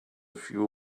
few